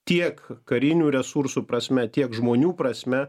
tiek karinių resursų prasme tiek žmonių prasme